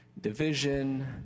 division